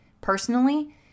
Personally